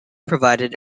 provided